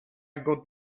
got